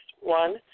One